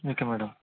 okay madam